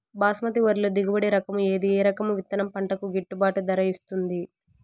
బాస్మతి వరిలో దిగుబడి రకము ఏది ఏ రకము విత్తనం పంటకు గిట్టుబాటు ధర ఇస్తుంది